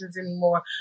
anymore